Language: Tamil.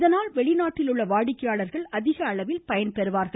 இதனால் வெளிநாட்டில் உள்ள வாடிக்கையாளர்கள் அதிக அளவில் பயன்பெறுவார்கள்